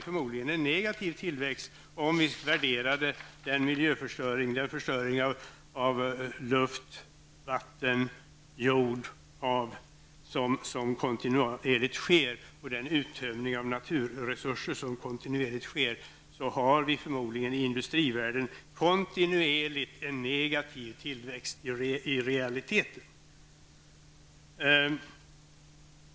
Om vi värderade den förstöring av luft, vatten och jord och den uttömning av naturresurser som sker, har vi förmodligen i industrivärlden i realiteten kontinuerligt en negativ tillväxt.